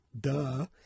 duh